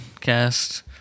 Cast